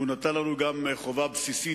הוא נתן לנו גם חובה בסיסית